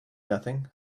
nothing